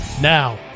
Now